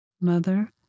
Mother